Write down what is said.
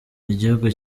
igihugu